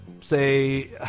say